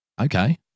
Okay